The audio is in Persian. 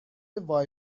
وای